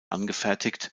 angefertigt